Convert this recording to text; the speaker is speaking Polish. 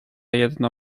jedno